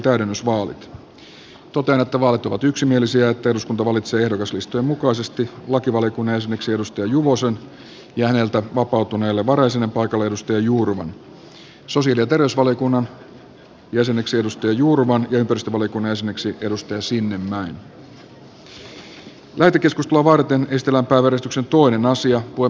totean että vaalit ovat yksimielisiä ja että eduskunta valitsee ehdokaslistojen mukaisesti lakivaliokunnan jäseneksi arja juvosen ja häneltä vapautuneelle varajäsenen paikalle johanna jurvan sosiaali ja terveysvaliokunnan jäseneksi johanna jurvan sekä ympäristövaliokunnan jäseneksi anni sinnemäen